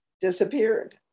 disappeared